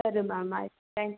ಸರಿ ಮ್ಯಾಮ್ ಆಯ್ತು thank you